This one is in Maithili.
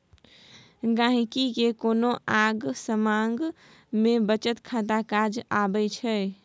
गांहिकी केँ कोनो आँग समाँग मे बचत खाता काज अबै छै